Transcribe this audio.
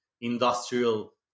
industrial